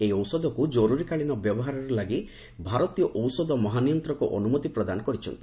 ଏହି ଔଷଧକୁ ଜର୍ରରୀକାଳୀନ ବ୍ୟବହାର ଲାଗି ଭାରତୀୟ ଔଷଧ ମହାନିୟନ୍ତ୍ରକ ଅନ୍ତ୍ରମତି ପ୍ରଦାନ କରିଛନ୍ତି